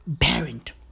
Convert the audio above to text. parent